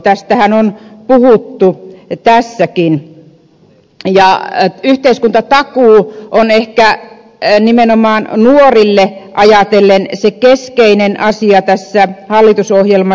tästähän on puhuttu tässäkin ja yhteiskuntatakuu on ehkä nimenomaan nuoria ajatellen se keskeinen asia tässä hallitusohjelma